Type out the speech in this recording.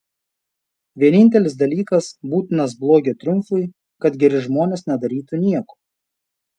vienintelis dalykas būtinas blogio triumfui kad geri žmonės nedarytų nieko